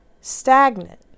stagnant